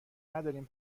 ندارین